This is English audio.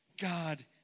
God